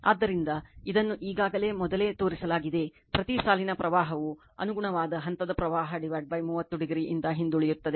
ಆದ್ದರಿಂದ ಇದನ್ನು ಈಗಾಗಲೇ ಮೊದಲೇ ತೋರಿಸಲಾಗಿದೆ ಪ್ರತಿ ಸಾಲಿನ ಪ್ರವಾಹವು ಅನುಗುಣವಾದ ಹಂತದ ಪ್ರವಾಹ 30o ನಿಂದ ಹಿಂದುಳಿಯುತ್ತದೆ